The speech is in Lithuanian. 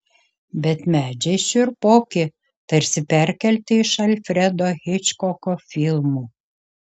bet medžiai šiurpoki tarsi perkelti iš alfredo hičkoko filmų